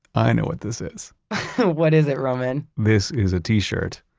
i know what this is what is it, roman? this is a t-shirt,